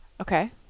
Okay